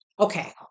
Okay